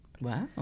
Wow